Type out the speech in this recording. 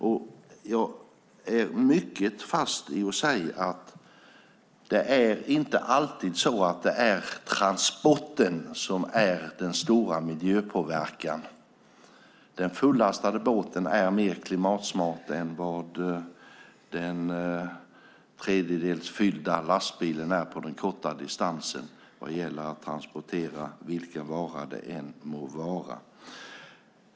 Jag är mycket fast i att säga att det inte alltid är så att det är transporten som har den stora miljöpåverkan. Den fullastade båten är mer klimatsmart än vad den till en tredjedel fyllda lastbilen är på den korta distansen vad gäller att transportera vilken vara det än må vara.